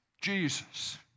Jesus